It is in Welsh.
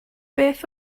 beth